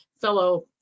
fellow